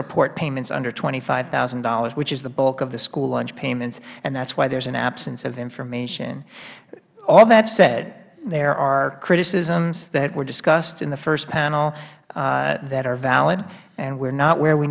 report payments under twenty five thousand dollars which is the bulk of the school lunch payments that is why there is an absence of information all that said there are criticisms that were discussed in the first panel that are valid and we are not where we